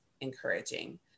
encouraging